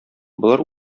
болар